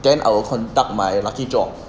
then I'll conduct my lucky draw